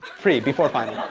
pre-before final?